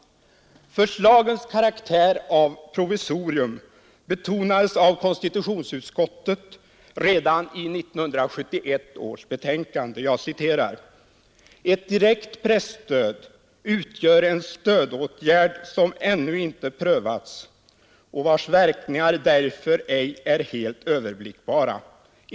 Förslagens karaktär av provisorium betonades av konstitutionsutskottet redan i 1971 års betänkande, där det står: ”Ett direkt presstöd utgör en stödåtgärd som ännu inte prövats och vars verkningar därför ej är helt överblickbara.